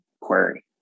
query